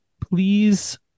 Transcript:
please